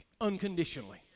unconditionally